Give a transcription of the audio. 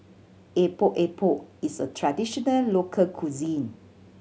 Epok Epok is a traditional local cuisine